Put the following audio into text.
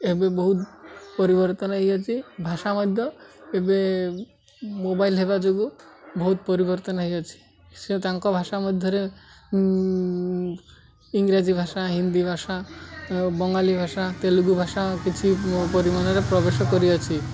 ଏବେ ବହୁତ ପରିବର୍ତ୍ତନ ହେଇଅଛି ଭାଷା ମଧ୍ୟ ଏବେ ମୋବାଇଲ୍ ହେବା ଯୋଗୁଁ ବହୁତ ପରିବର୍ତ୍ତନ ହେଇଅଛି ସେ ତାଙ୍କ ଭାଷା ମଧ୍ୟରେ ଇଂରାଜୀ ଭାଷା ହିନ୍ଦୀ ଭାଷା ଆଉ ବଙ୍ଗାଳୀ ଭାଷା ତେଲୁଗୁ ଭାଷା କିଛି ପରିମାଣରେ ପ୍ରବେଶ କରିଅଛି